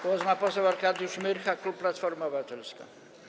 Głos ma poseł Arkadiusz Myrcha, klub Platforma Obywatelska.